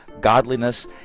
godliness